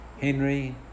Henry